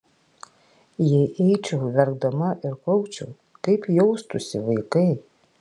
jei eičiau verkdama ir kaukčiau kaip jaustųsi vaikai